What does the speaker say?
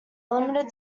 limited